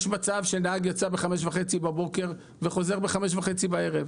יש מצב שנהג יוצא ב-5:30 בבוקר וחוזר ב-5:30 בערב.